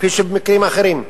כמו במקרים אחרים.